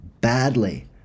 badly